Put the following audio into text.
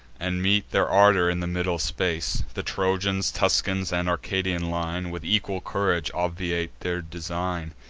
and meet their ardor in the middle space. the trojans, tuscans, and arcadian line, with equal courage obviate their design.